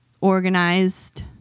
organized